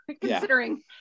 considering